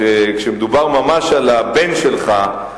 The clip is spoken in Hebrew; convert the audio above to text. כשמדובר ממש על הבן שלך,